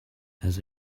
has